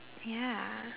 ya